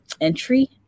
entry